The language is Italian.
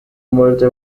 molte